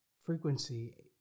frequency